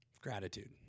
gratitude